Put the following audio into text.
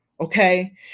okay